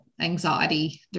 anxiety